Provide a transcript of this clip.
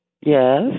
Yes